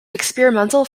experimental